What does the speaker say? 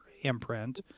imprint